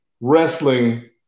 wrestling